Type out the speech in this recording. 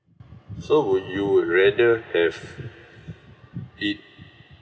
so would you rather have it